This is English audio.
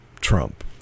Trump